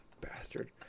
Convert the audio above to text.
Bastard